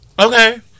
okay